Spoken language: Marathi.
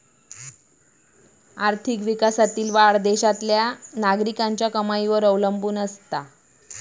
आर्थिक विकासातील वाढ देशातल्या नागरिकांच्या कमाईवर अवलंबून असता